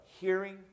hearing